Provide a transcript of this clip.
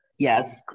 Yes